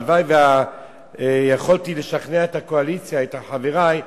הלוואי שיכולתי לשכנע את הקואליציה, את חברי,